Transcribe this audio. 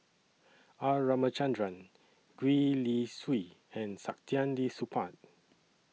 R Ramachandran Gwee Li Sui and Saktiandi Supaat